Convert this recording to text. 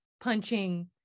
punching